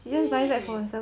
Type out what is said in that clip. really